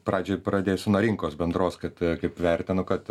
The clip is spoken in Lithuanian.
pradžiai pradėsiu nuo rinkos bendros kad kaip vertinu kad